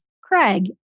Craig